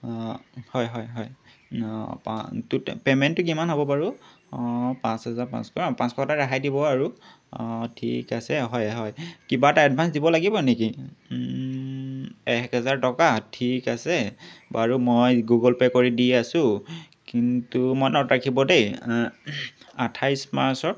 অঁ হয় হয় হয় টোটেল পে'মেণ্টটো কিমান হ'ব বাৰু অঁ পাঁচ হোজাৰ পাঁচশ অঁ পাঁচশ এটা ৰেহাই দিব আৰু অঁ ঠিক আছে হয় হয় কিবা এটা এডভাঞ্চ দিব লাগিব নেকি এক হেজাৰ টকা ঠিক আছে বাৰু মই গুগল পে' কৰি দি আছোঁ কিন্তু মনত ৰাখিব দেই আঠাইছ মাৰ্চৰ